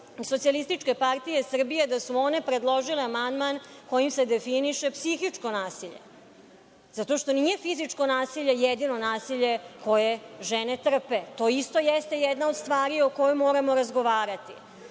koleginica SPS da su one predložile amandman kojim se definiše psihičko nasilje, zato što nije fizičko nasilje jedino nasilje koje žene trpe. To isto jeste jedna od stvari o kojoj moramo razgovarati.